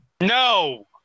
No